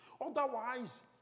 Otherwise